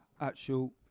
actual